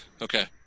Okay